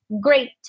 great